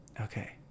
okay